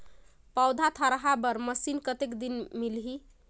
पौधा थरहा बर मशीन कतेक मे मिलही?